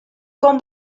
con